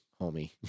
homie